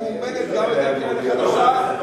שממומנת גם על-ידי הקרן החדשה,